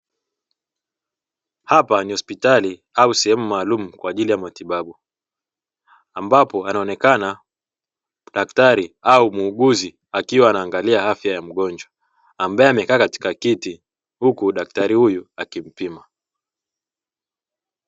Hapa ni hospitali au sehemu maalumu kwa ajili ya matibabu, ambapo anaonekana daktari au muuguzi akiwa anaangalia afya ya mgonjwa, ambae amekaa katika kiti huku daktari huyu akimpima.